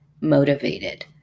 motivated